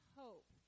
hope